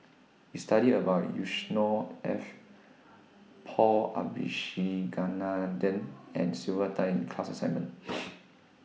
We studied about Yusnor Ef Paul Abisheganaden and Sylvia Tan in class assignment